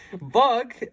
Bug